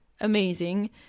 Amazing